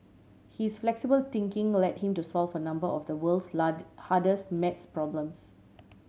his flexible thinking led him to solve a number of the world's hardest maths problems